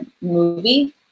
movie